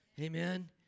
Amen